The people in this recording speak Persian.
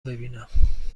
ببینم